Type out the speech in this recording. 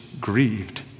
grieved